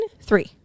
three